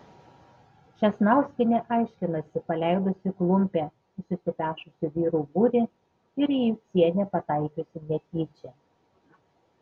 česnauskienė aiškinasi paleidusi klumpe į susipešusių vyrų būrį ir į jucienę pataikiusi netyčia